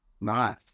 Nice